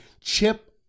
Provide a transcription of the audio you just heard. chip